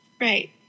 Right